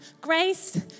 Grace